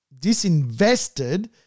disinvested